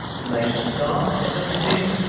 to make the saw it took steel.